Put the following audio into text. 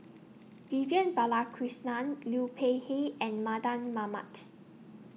Vivian Balakrishnan Liu Peihe and Mardan Mamat